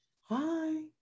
Hi